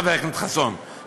חבר הכנסת חסון,